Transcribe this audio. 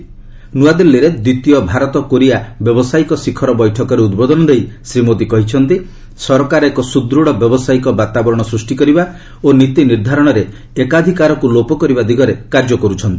ନ୍ତ୍ରଆଦିଲ୍ଲୀରେ ଦ୍ୱିତୀୟ ଭାରତ କୋରିଆ ବ୍ୟବସାୟିକ ଶିଖର ବୈଠକରେ ଉଦ୍ବୋଧନ ଦେଇ ଶ୍ରୀ ମୋଦି କହିଛନ୍ତି ସରକାର ଏକ ସୁଦୂଢ଼ ବ୍ୟବସାୟିକ ବାତାବରଣ ସୃଷ୍ଟି କରିବା ଓ ନୀତି ନିର୍ଦ୍ଧାରଣରେ ଏକାଧିକାରକୁ ଲୋପ କରିବା ଦିଗରେ କାର୍ଯ୍ୟ କରୁଛନ୍ତି